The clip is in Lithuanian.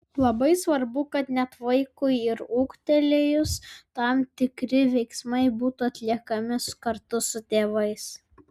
labai svarbu kad net ir vaikui ūgtelėjus tam tikri veiksmai būtų atliekami kartu su tėvais